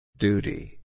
Duty